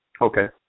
Okay